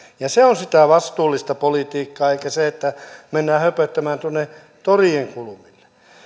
se on sitä vastuullista politiikkaa eikä se että mennään höpöttämään tuonne torien kulmille